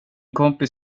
kompis